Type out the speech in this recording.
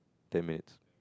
ten minutes